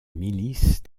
milice